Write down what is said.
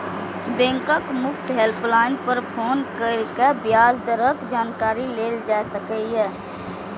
बैंकक मुफ्त हेल्पलाइन पर फोन कैर के ब्याज दरक जानकारी लेल जा सकैए